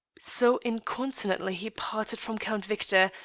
so incontinently he parted from count victor,